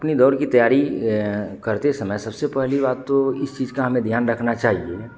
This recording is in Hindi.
अपनी दौड़ की तैयारी करते समय सबसे पहली बात तो इस चीज़ का हमें ध्यान रखना चाहिए